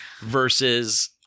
versus